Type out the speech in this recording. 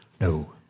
no